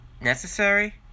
necessary